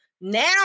Now